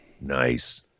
nice